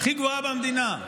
הכי גבוהה במדינה,